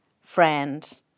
friend